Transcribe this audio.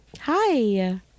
hi